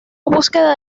búsqueda